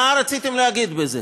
מה רציתם להגיד בזה,